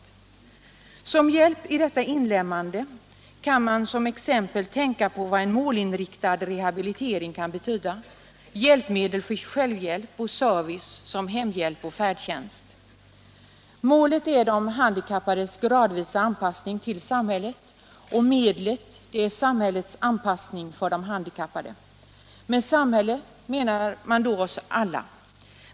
I fråga om hjälp i detta inlemmande kan man exempelvis tänka på målinriktad rehabilitering, hjälpmedel för självhjälp och service såsom hemhjälp och färdtjänst. Målet är de handikappades gradvisa anpassning till samhället, och medlet är samhällets anpassning för de handikappade. Med samhälle menar man då oss alla.